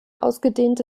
ausgedehnte